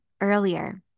earlier